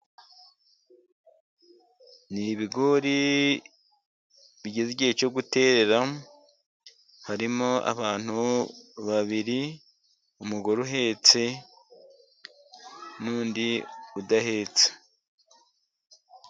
Ni ibigori bigeze igihe cyo gutera, harimo abantu babiri, umugore uhetse n'undi udahetse.